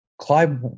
Clive